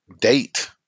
date